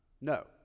no